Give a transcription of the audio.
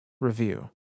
review